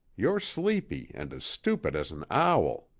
you're sleepy and as stupid as an owl.